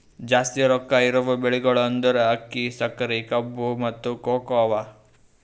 ಜಾಸ್ತಿ ರೊಕ್ಕಾ ಇರವು ಬೆಳಿಗೊಳ್ ಅಂದುರ್ ಅಕ್ಕಿ, ಸಕರಿ, ಕಬ್ಬು, ಮತ್ತ ಕೋಕೋ ಅವಾ